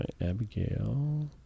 Abigail